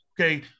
okay